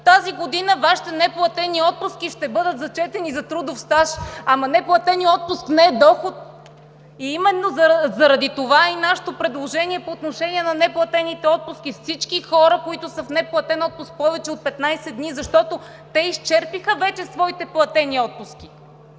тази година Вашите неплатени отпуски ще бъдат зачетени за трудов стаж! Ама неплатеният отпуск не е доход! Именно заради това е нашето предложение по отношение на неплатените отпуски – всички хора, които са в неплатен отпуск повече от 15 дни, защото те изчерпиха вече своите платени отпуски,